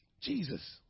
Jesus